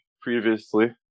previously